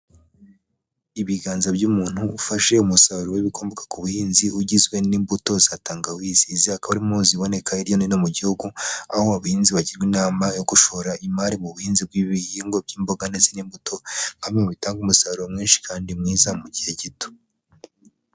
Ibiganza by'umuntu ufashe umusaruro w'ibikomoka ku buhinzi, ugizwe n'imbuto za tangawizi. Izi akaba arimo ziboneka hirya no hino mu Gihugu, aho abahinzi bagirwa inama yo gushora imari mu buhinzi bw'ibihingwa by'imboga ndetse n'imbuto, nka bimwe mu bitanga umusaruro mwinshi kandi mwiza mu gihe gito.